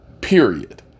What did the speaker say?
Period